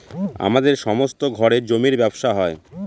আমাদের সমস্ত ঘরে জমির ব্যবসা হয়